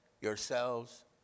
yourselves